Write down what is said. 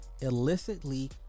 illicitly